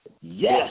Yes